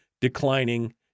declining